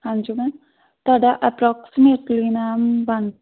ਹਾਂਜੀ ਮੈਮ ਤੁਹਾਡਾ approximately ma'am one